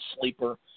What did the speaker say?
sleeper